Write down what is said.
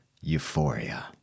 euphoria